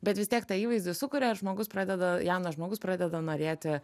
bet vis tiek tą įvaizdį sukuria ir žmogus pradeda jaunas žmogus pradeda norėti